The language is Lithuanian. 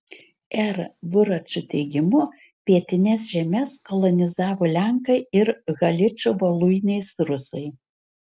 r buračo teigimu pietines žemes kolonizavo lenkai ir haličo voluinės rusai